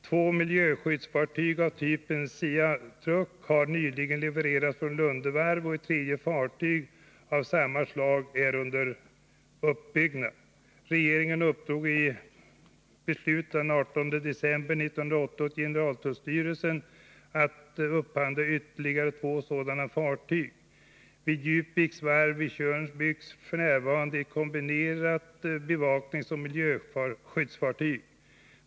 Två miljöskyddsfartyg av typen Sea-truck har nyligen levererats från Lunde varv. Ett tredje fartyg av samma slag är under byggnad. Regeringen uppdrog i beslut den 18 december 1980 åt generaltullstyrelsen att upphandla ytterligare två sådana fartyg vid varvet. Vid Djupviks varv på Tjörn byggs f. n. ett kombinerat bevakningsoch miljöskyddsfartyg.